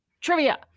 trivia